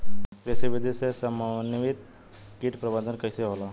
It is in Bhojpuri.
कृषि विधि से समन्वित कीट प्रबंधन कइसे होला?